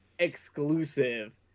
exclusive